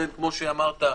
כמו שאמרת,